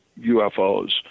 UFOs